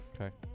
Okay